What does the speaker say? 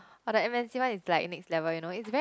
but the M_N_c one is like next level you know it's very